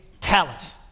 talents